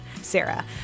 Sarah